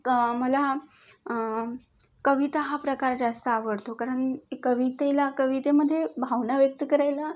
मला कविता हा प्रकार जास्त आवडतो कारण कवितेला कवितेमधे भावना व्यक्त करायला